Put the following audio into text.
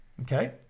Okay